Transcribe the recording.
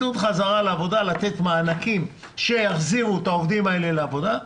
לתת מענקים שיחזירו את העובדים האלה לעבודה,